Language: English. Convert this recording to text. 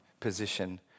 position